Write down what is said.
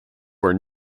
were